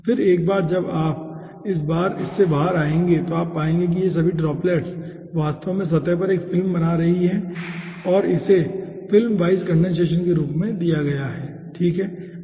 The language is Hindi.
फिर एक बार जब आप एक बार इससे बाहर आएंगे तो आप पाएंगे कि वे सभी ड्रॉप्लेट्स वास्तव में सतह पर एक फिल्म बना रही हैं और इसे फिल्म वाइज कंडेनसेशन में बदल दिया गया है ठीक है